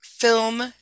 Film